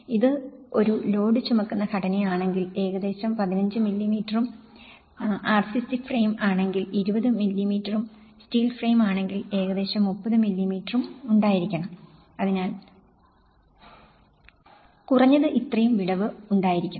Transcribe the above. ഇത് ഒരു ലോഡ് ചുമക്കുന്ന ഘടനയാണെങ്കിൽ ഏകദേശം 15 മില്ലീമീറ്ററും ആർസിസി ഫ്രെയിം ആണെങ്കിൽ 20 മില്ലീമീറ്ററും സ്റ്റീൽ ഫ്രെയിമാണെങ്കിൽ ഏകദേശം 30 മില്ലീമീറ്ററും ഉണ്ടായിരിക്കണം അതിനാൽ കുറഞ്ഞത് ഇത്രയും വിടവ് ഉണ്ടായിരിക്കണം